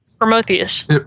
Prometheus